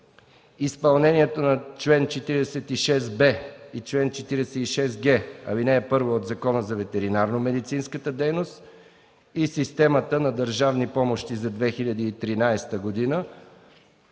изпълнението на чл. 46б и чл. 46г, ал. 1 от Закона за ветеринарно медицинската дейност и системата на държавни помощи за 2013 г.